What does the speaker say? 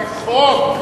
זה חוק.